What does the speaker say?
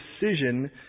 decision